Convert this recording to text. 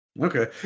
Okay